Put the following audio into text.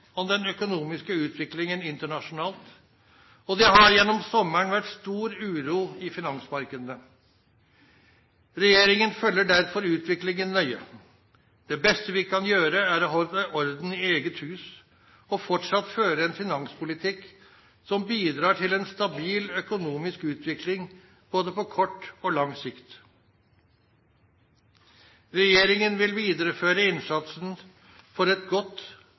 om den økonomiske utviklingen internasjonalt, og det har gjennom sommeren vært stor uro i finansmarkedene. Regjeringen følger derfor utviklingen nøye. Det beste vi kan gjøre, er å holde orden i eget hus og fortsatt føre en finanspolitikk som bidrar til en stabil økonomisk utvikling både på kort og lang sikt. Regjeringen vil videreføre innsatsen for et godt